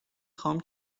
خوام